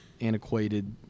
antiquated